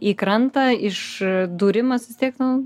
į krantą iš dūrimas vis tiek nu